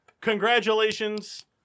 Congratulations